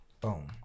Boom